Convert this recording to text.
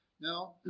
Now